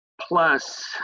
Plus